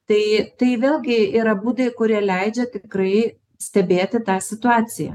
tai tai vėlgi yra būdai kurie leidžia tikrai stebėti tą situaciją